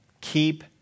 keep